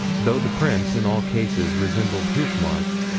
though the prints in all cases resembled hoof marks,